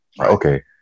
Okay